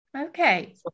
Okay